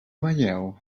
veieu